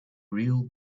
real